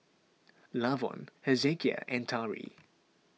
Lavon Hezekiah and Tari